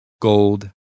gold